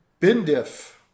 Bindiff